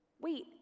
Wait